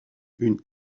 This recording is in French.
une